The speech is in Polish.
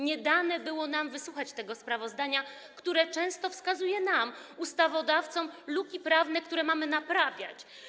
Nie dane nam było wysłuchać tego sprawozdania, które często wskazuje nam, ustawodawcom, luki prawne, które mamy naprawiać.